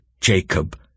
Jacob